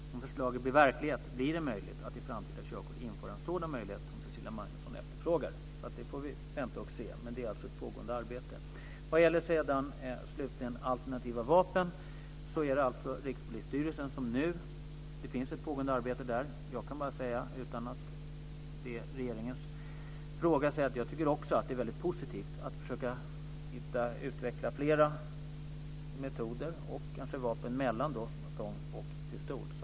Om förslaget blir verklighet blir det möjligt att i framtida körkort införa en sådan möjlighet som Cecilia Magnusson efterfrågar. Vi får vänta och se, men det är alltså ett pågående arbete. Slutligen gäller det alternativa vapen. Det finns ett pågående arbete i Rikspolisstyrelsen. Jag kan bara, utan att det är regeringens fråga, säga att jag också tycker att det är väldigt positivt att försöka utveckla flera metoder, och kanske vapen, mellan batong och pistol.